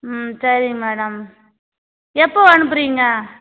ம் சரிங்க மேடம் எப்போது அனுப்புறீங்க